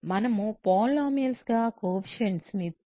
మనము పాలినోమియల్స్ గా కోయెఫిషియంట్స్ ని కూడా తీసుకోవచ్చు